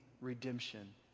redemption